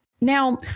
now